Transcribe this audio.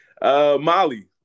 Molly